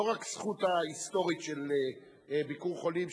לא רק זכותו ההיסטורית של "ביקור חולים",